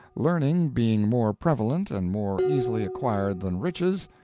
learning being more prevalent and more easily acquired than riches,